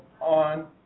on